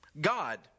God